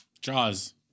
Jaws